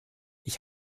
ich